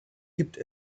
gibt